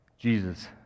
Jesus